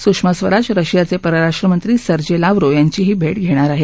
सुषमा स्वराज रशियाचे परराष्ट्रमंत्री Sergey Lavrov यांचीही भेट घेणार आहेत